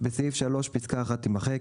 - בסעיף 3, פסקה (1) תימחק,